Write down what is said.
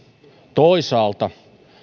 toisaalta